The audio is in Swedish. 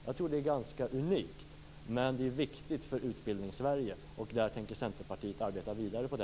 Jag tror att det är ganska unikt, men det är viktigt för Utbildningssverige, och på den linjen tänker Centerpartiet arbeta vidare.